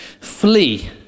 flee